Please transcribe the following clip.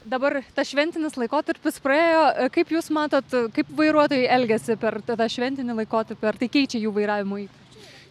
dabar tas šventinis laikotarpis praėjo kaip jūs matot kaip vairuotojai elgiasi per tą tą šventinį laikotarpį ar tai keičia jų vairavimo įpročius